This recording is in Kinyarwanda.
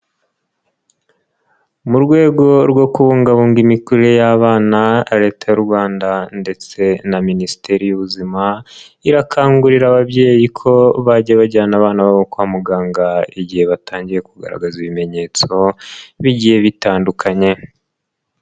Mu rwego rwo kubungabunga imikurire y'abana Leta y'u Rwanda ndetse na minisiteri y'ubuzima irakangurira ababyeyi ko bajya bajyana abana babo kwa muganga igihe batangiye kugaragaza ibimenyetso bigiye bitandukanye.